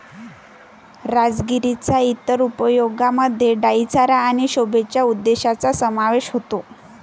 राजगिराच्या इतर उपयोगांमध्ये डाई चारा आणि शोभेच्या उद्देशांचा समावेश होतो